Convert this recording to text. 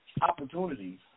opportunities